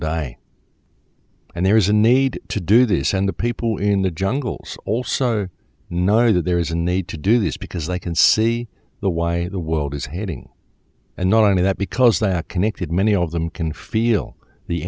day and there is a need to do this and the people in the jungles also know that there is a need to do this because they can see the why the world is heading and not only that because that connected many of them can feel the